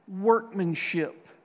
workmanship